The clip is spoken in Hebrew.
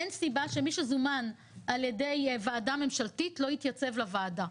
אין סיבה שמי שזומן על ידי ועדת כנסת לא יתייצב לוועדה.